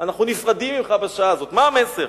אנחנו נפרדים ממך בשעה הזאת, מה המסר?